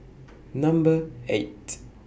Number eight